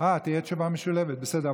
תהיה תשובה משולבת, בסדר.